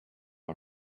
are